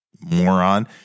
moron